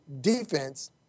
defense